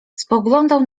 spoglądał